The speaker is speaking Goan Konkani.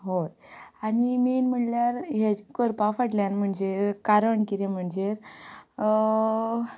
हय आनी मेन म्हळ्ळ्यार हें जें करपा फाटल्यान म्हणजेर कारण कितें म्हणजेर